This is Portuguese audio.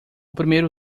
primeiro